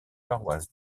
paroisse